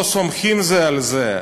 לא סומכים זה על זה.